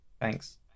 thanks